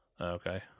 Okay